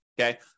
Okay